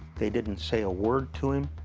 they didn't say a word to him.